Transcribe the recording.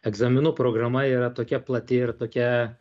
egzaminų programa yra tokia plati ir tokia